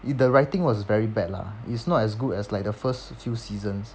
it's the writing was very bad lah it's not as good as the first few seasons